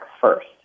first